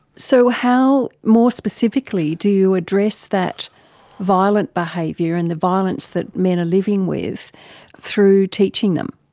so how more specifically do you address that violent behaviour and the violence that men are living with through teaching them?